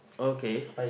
okay